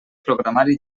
programari